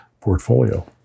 portfolio